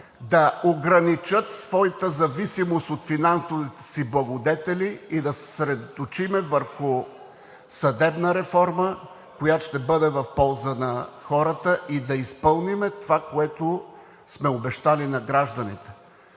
да ограничат своята зависимост от финансовите си благодетели и да се съсредоточим върху съдебна реформа, която ще бъде в полза на хората и да изпълним това, което сме обещали на гражданите.